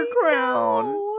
crown